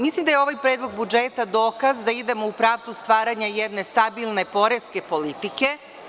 Mislim da je ovaj predlog budžeta dokaz da idemo u pravcu stvaranja jedne stabilne poreske politike.